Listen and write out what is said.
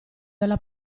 della